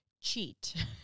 cheat